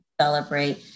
celebrate